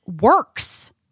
works